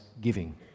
giving